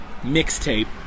mixtape